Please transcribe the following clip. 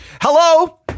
Hello